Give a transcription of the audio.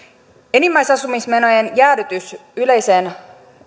enimmäisasumismenojen jäädytys yleiseen